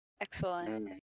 Excellent